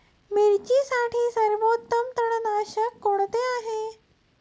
मिरचीसाठी सर्वोत्तम तणनाशक कोणते आहे?